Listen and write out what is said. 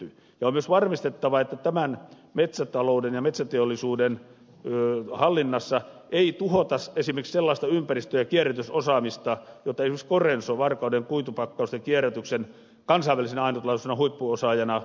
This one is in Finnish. ja on myös varmistettava että tämän metsätalouden ja metsäteollisuuden hallinnassa ei tuhota esimerkiksi sellaista ympäristö ja kierrätysosaamista jota esimerkiksi corenso varkauden kuitupakkausten kierrätyksen kansainvälisenä ainutlaatuisena huippuosaajana edustaa